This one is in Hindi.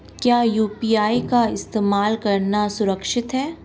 क्या यू.पी.आई का इस्तेमाल करना सुरक्षित है?